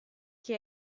chi